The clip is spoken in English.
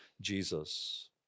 Jesus